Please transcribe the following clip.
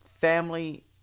family